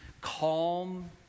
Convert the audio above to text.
calm